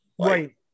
right